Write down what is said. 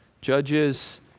Judges